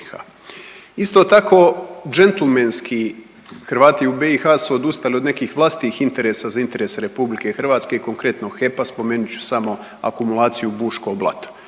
Isto tako džentlmenski Hrvati u BiH su odustali od nekih vlastitih interesa za interese RH i konkretno HEP-a, spomenut ću samo akumulaciju Buško Blato